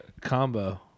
combo